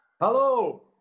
Hello